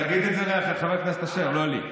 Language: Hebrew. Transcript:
תגיד את זה לחבר הכנסת אשר, לא לי.